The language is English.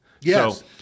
Yes